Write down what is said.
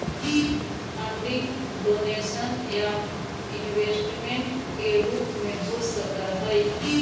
funding donation या investment के रूप में हो सकऽ हई